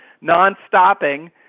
non-stopping